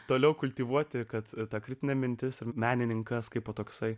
toliau kultivuoti kad ta kritinė mintis menininkas kaipo toksai